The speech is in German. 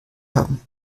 haben